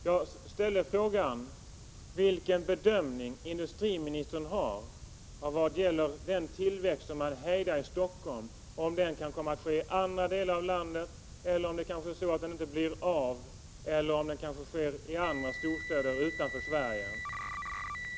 Jag ställde frågan om den tillväxt man vill hejda i Stockholm, enligt industriministerns bedömning kan komma att ske i andra delar av landet, kan komma att försvinna eller kan uppstå i andra storstäder eller utanför Sverige.